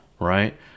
right